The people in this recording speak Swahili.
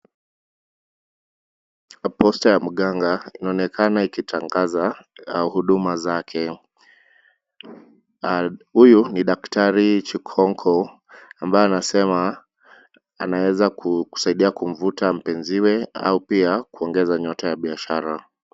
Posta ya mganga inaonekana ikitangaza huduma zake. Huyu ni daktari chikonko ambaye anasema anaweza kusaidia kumvuta mpenziwe au pia kuongeza nyota ya biashara.